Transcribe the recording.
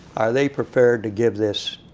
are they prepared to give this